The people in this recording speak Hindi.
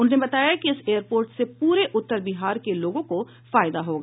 उन्होंने कहा कि इस एयरपोर्ट से पूरे उत्तर बिहार के लोगों को फायदा होगा